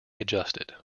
adjusted